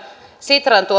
sitran